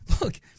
look